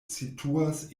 situas